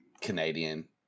Canadian